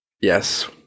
Yes